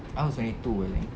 I was twenty two I think